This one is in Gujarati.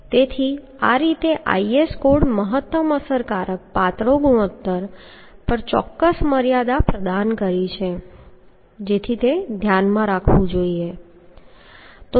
તેથી આ રીતે IS કોડ મહત્તમ અસરકારક પાતળી ગુણોત્તર પર ચોક્કસ મર્યાદા પ્રદાન કરી છે જેથી તે ધ્યાનમાં રાખવું જોઈએ